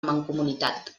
mancomunitat